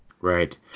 Right